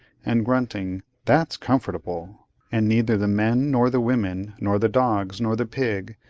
and grunting that's comfortable and neither the men, nor the women, nor the dogs, nor the pig,